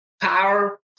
Power